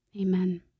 amen